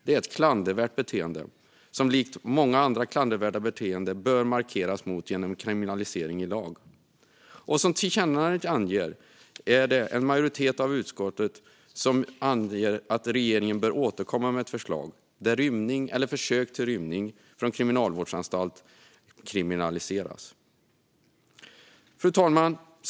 Det är ett klandervärt beteende som det, likt många andra klandervärda beteenden, bör markeras mot genom en kriminalisering i lag. I tillkännagivandet föreslår en majoritet av utskottet att regeringen bör återkomma med ett förslag där rymning och försök till rymning från kriminalvårdsanstalt kriminaliseras. Fru talman!